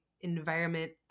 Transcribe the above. environment